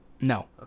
No